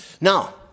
Now